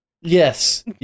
Yes